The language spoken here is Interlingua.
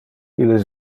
illes